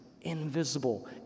invisible